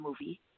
movie